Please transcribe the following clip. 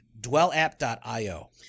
dwellapp.io